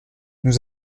nous